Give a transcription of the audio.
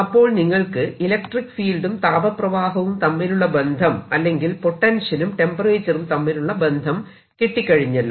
അപ്പോൾ നിങ്ങൾക്ക് ഇലക്ട്രിക്ക് ഫീൽഡും താപ പ്രവാഹവും തമ്മിലുള്ള ബന്ധം അല്ലെങ്കിൽ പൊട്ടൻഷ്യലും ടെമ്പറേച്ചറും തമ്മിലുള്ള ബന്ധം കിട്ടി കഴിഞ്ഞല്ലോ